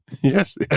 Yes